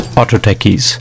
Autotechies